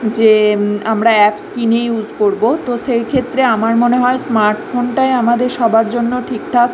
যে আমরা অ্যাপস কিনে ইউজ করবো তো সেই ক্ষেত্রে আমার মনে হয় স্মার্টফোনটাই আমাদের সবার জন্য ঠিকঠাক